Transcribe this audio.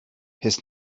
his